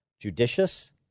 judicious